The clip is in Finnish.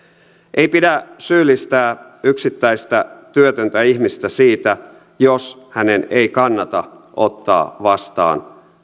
ei pidä syyllistää yksittäistä työtöntä ihmistä siitä jos hänen ei kannata ottaa vastaan